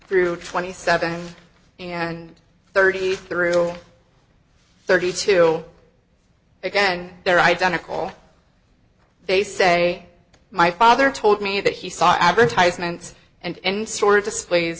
through twenty seven and thirty through thirty two again they're identical they say my father told me that he saw advertisements and sort of displays